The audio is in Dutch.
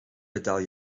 betaal